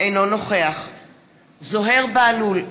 אינו נוכח זוהיר בהלול,